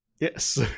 Yes